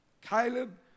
Caleb